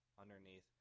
underneath